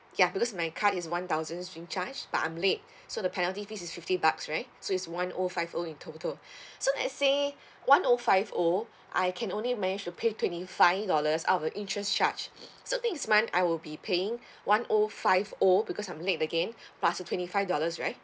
ya because my card is one thousand swing charge but I'm late so the penalty fees is fifty bucks right so is one O five O in total so let's say one O five O I can only managed to pay twenty five dollars out of the interest charge so this month I will be paying one O five O because I'm late again plus the twenty five dollars right